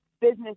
business